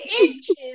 inches